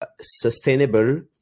sustainable